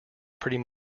pretty